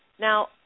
Now